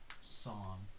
Song